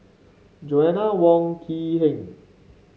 Joanna Wong Quee Heng